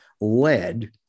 led